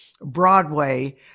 Broadway